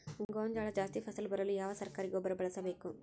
ಗೋಂಜಾಳ ಜಾಸ್ತಿ ಫಸಲು ಬರಲು ಯಾವ ಸರಕಾರಿ ಗೊಬ್ಬರ ಬಳಸಬೇಕು?